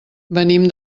venim